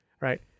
right